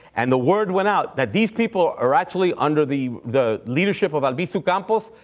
and the word went out that these people are actually under the the leadership of albizu campos.